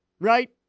right